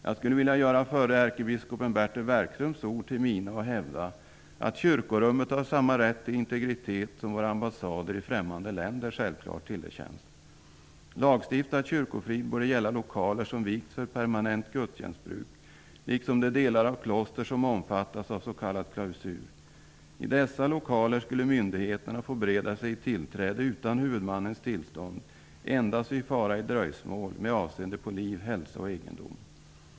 Jag skulle vilja göra förre ärkebiskopen Bertil Werkströms ord till mina och hävda ''att kyrkorummet har samma rätt till integritet som våra ambassader i främmande länder självklart tillerkänns''. Lagstiftad kyrkofrid borde gälla lokaler som vigts för permanent gudstjänstbruk, liksom de delar av kloster som omfattas av s.k. klausur. I dessa lokaler skulle myndigheterna få bereda sig tillträde utan huvudmannens tillstånd endast vid fara med avseende på liv, hälsa och egendom.